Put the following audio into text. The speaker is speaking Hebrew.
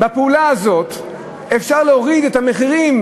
בפעולה הזאת אפשר להוריד את המחירים